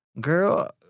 Girl